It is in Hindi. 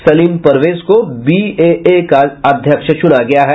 सलिम परवेज को बीएए का अध्यक्ष चुना गया है